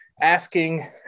asking